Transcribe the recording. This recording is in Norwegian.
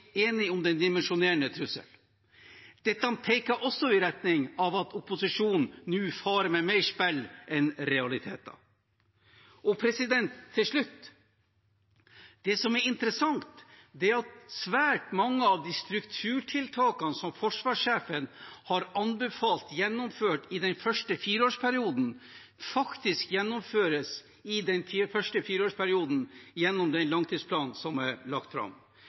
om den dimensjonerende trussel? Dette peker også i retning av at opposisjonen nå farer med mer spill enn realiteter. Til slutt: Det som er interessant, er at svært mange av de strukturtiltakene som forsvarssjefen har anbefalt gjennomført i den første fireårsperioden, faktisk gjennomføres i den første fireårsperioden gjennom den langtidsplanen som er lagt fram,